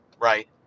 right